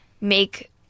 make